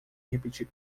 repetir